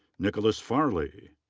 nicholas farley.